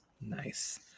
Nice